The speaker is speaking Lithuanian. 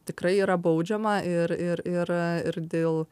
tikrai yra baudžiama ir ir ir ir dėl